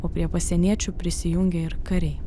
o prie pasieniečių prisijungė ir kariai